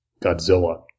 Godzilla